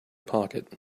pocket